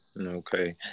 Okay